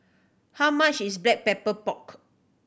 how much is Black Pepper Pork